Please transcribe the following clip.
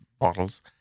bottles